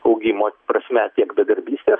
augimo prasme tiek bedarbystės